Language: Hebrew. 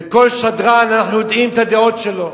וכל שדרן, אנחנו יודעים את הדעות שלו.